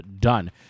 done